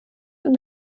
und